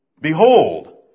Behold